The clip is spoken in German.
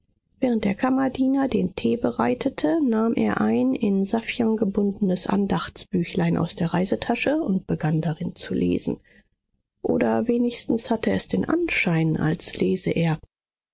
während der kammerdiener den tee bereitete nahm er ein in saffian gebundenes andachtsbüchlein aus der reisetasche und begann darin zu lesen oder wenigstens hatte es den anschein als lese er